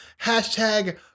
Hashtag